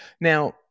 Now